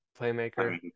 playmaker